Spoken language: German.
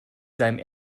seinem